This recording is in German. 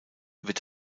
wird